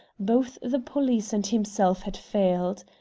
both the police and himself had failed.